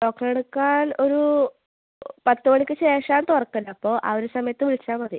ഡോക്ടറെ എടുക്കാൽ ഒരു പത്ത് മണിക്ക് ശേഷമാണ് തുറക്കൽ അപ്പോൾ ആ ഒരു സമയത്ത് വിളിച്ചാൽ മതി